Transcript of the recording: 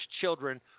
children